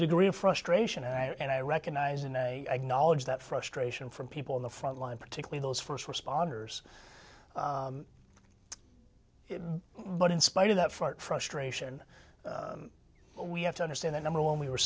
degree of frustration and i recognize and i knowledge that frustration from people in the front line particularly those first responders but in spite of that front frustration we have to understand that number one we